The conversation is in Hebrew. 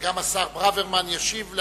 גם השר ברוורמן ישיב,